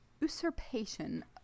usurpation